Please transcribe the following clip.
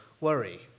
worry